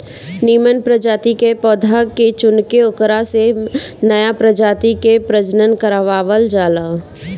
निमन प्रजाति के पौधा के चुनके ओकरा से नया प्रजाति के प्रजनन करवावल जाला